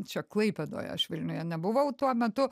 čia klaipėdoje aš vilniuje nebuvau tuo metu